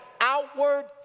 outward